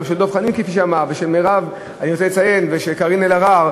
וגם של דב חנין, של מרב ושל קארין אלהרר